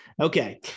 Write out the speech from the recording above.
okay